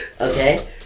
okay